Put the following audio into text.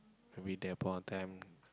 maybe there upon a time